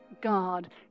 God